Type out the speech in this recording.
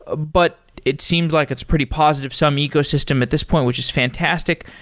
ah but it seems like it's pretty positive-sum ecosystem at this point, which is fantastic.